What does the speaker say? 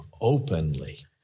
openly